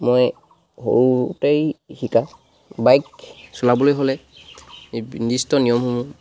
মই সৰুতেই শিকা বাইক চলাবলৈ হ'লে এই নিৰ্দিষ্ট নিয়মসমূহ